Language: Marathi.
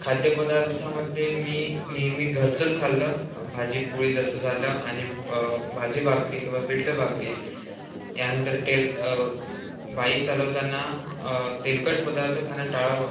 खाद्यपदार्थामध्ये मी नेहमी घरचंच खाल्लं भाजीपोळी जसं झालं आणि भाजी भाकरी किंवा पिठलं भाकरी यानंतर तेल बाईक चालवताना तेलकट पदार्थ खाणं टाळावं